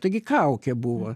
taigi kaukė buvo